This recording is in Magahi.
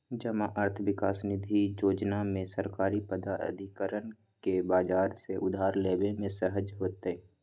जमा अर्थ विकास निधि जोजना में सरकारी प्राधिकरण के बजार से उधार लेबे में सहज होतइ